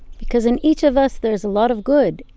because in each of us, there's a lot of good,